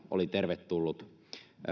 oli tervetullut